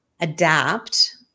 adapt